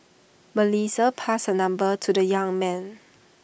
Melissa passed her number to the young man